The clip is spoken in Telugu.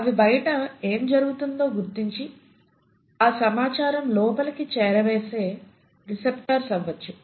అవి బయట ఎం జరుగుతోందో గుర్తించి ఆ సమాచారం లోపలికి చేరవేసే రిసెప్టార్స్ అవ్వొచ్చు